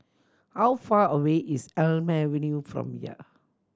how far away is Elm Avenue from here